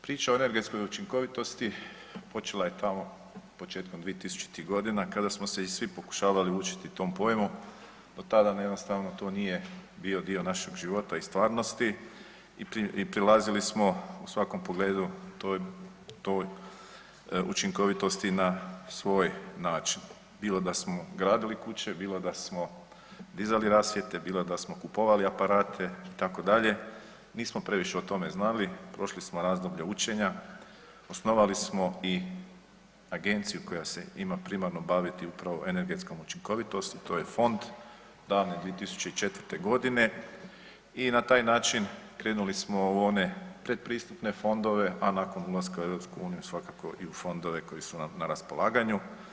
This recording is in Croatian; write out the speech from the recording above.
Priča o energetskoj učinkovitosti počela je tamo početkom 2000.-tih godina kada smo se i svi pokušavali učiti tom pojmu, do tada on jednostavno to nije bio dio našeg života i stvarnosti i prilazili smo u svakom pogledu toj učinkovitosti na svoj način bilo da smo gradili kuće, bilo da smo dizali rasvjete, bilo da smo kupovali aparate itd., nismo previše o tome znali, prošli smo razdoblje učenja, osnovali smo i agenciju koja se ima primarno baviti upravo energetskom učinkovitosti, to je fond davne 2004.-te godine i na taj način krenuli smo u one predpristupne fondove, a nakon ulaska u EU svakako i u fondove koji nam na raspolaganju.